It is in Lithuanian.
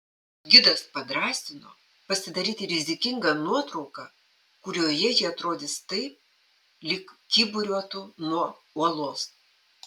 gidas padrąsino pasidaryti rizikingą nuotrauką kurioje ji atrodys taip lyg kyburiuotų nuo uolos